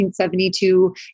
1972